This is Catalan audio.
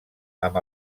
amb